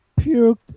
puked